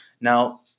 Now